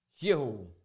Yo